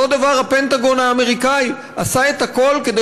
אותו דבר הפנטגון האמריקני עשה את הכול כדי